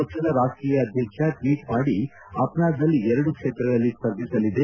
ಪಕ್ಷದ ರಾಷ್ಟೀಯ ಅಧ್ಯಕ್ಷ ಟ್ವೀಟ್ ಮಾಡಿ ಅಪ್ನಾದಲ್ ಎರಡು ಕ್ಷೇತ್ರಗಳಲ್ಲಿ ಸ್ಪರ್ಧಿಸಲಿದೆ